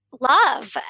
love